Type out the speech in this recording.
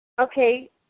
Okay